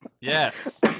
Yes